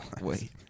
wait